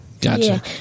Gotcha